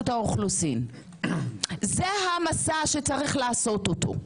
האוכלוסין - זה המצע שצריך לעשות אותו.